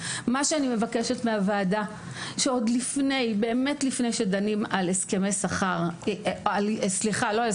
אני מבקשת מן הוועדה שעוד לפני שדנים על שינוי לוח